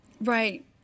Right